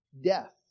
death